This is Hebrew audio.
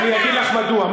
אני אגיד לך מדוע.